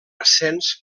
ascens